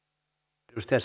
arvoisa